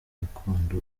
gakondo